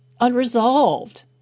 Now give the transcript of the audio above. unresolved